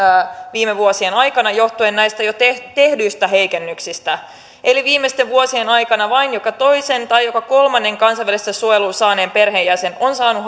viime vuosien aikana johtuen näistä jo tehdyistä heikennyksistä eli viimeisten vuosien aikana vain joka toisen tai joka kolmannen kansainvälistä suojelua saaneen perheenjäsen on saanut